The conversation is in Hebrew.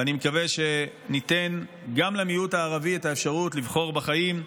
אני מקווה שניתן גם למיעוט הערבי את האפשרות לבחור בחיים,